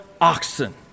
oxen